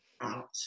out